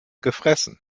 gefressen